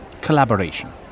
collaboration